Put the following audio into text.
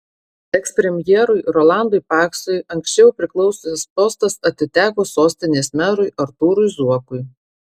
ekspremjerui rolandui paksui anksčiau priklausęs postas atiteko sostinės merui artūrui zuokui